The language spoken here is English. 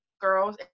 girls